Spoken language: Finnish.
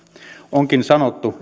onkin sanottu